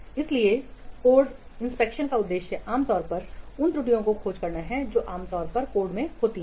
इसलिए कोड निरीक्षण का उद्देश्य आमतौर पर उन त्रुटियों की खोज करना है जो आमतौर पर कोड में होती हैं